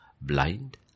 blind